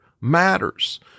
matters